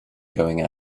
going